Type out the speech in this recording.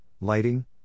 lighting